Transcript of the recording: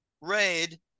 raid